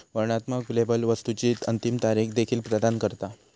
वर्णनात्मक लेबल वस्तुची अंतिम तारीख देखील प्रदान करता